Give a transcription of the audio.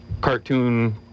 cartoon